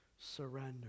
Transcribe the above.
surrender